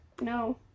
No